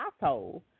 household